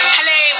Hello